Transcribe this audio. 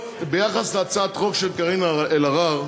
ביחס להצעת חוק של קארין אלהרר,